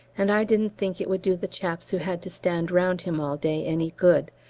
and i didn't think it would do the chaps who had to stand round him all day any good,